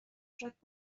شاید